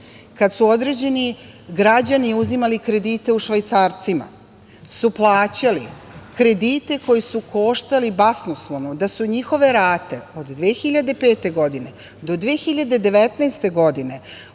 kada su određeni građani uzimali kredite u švajcarcima, su plaćali kredite koji su koštali basnoslovno i da su njihove rate od 2005. godine do 2019. godine,